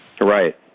Right